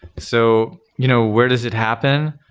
so you know where does it happen?